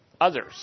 Others